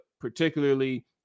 particularly